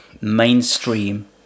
mainstream